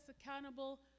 accountable